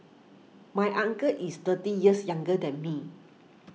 my uncle is thirty years younger than me